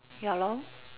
ya lor